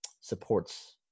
supports